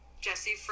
jesse